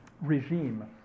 regime